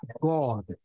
God